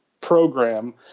program